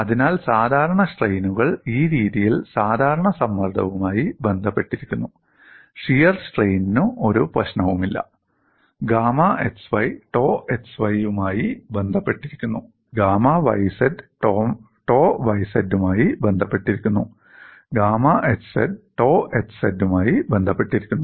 അതിനാൽ സാധാരണ സ്ട്രെയിനുകൾ ഈ രീതിയിൽ സാധാരണ സമ്മർദ്ദവുമായി ബന്ധപ്പെട്ടിരിക്കുന്നു ഷിയർ സ്ട്രെയിനിനു ഒരു പ്രശ്നവുമില്ല ഗാമാ xy ടോ xy യുമായി ബന്ധപ്പെട്ടിരിക്കുന്നു ഗാമാ yz ടോ yz മായി ബന്ധപ്പെട്ടിരിക്കുന്നു ഗാമാ xz ടോ xz മായി ബന്ധപ്പെട്ടിരിക്കുന്നു